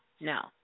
no